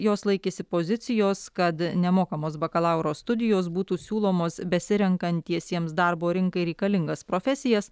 jos laikėsi pozicijos kad nemokamos bakalauro studijos būtų siūlomos besirenkantiesiems darbo rinkai reikalingas profesijas